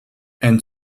and